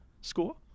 score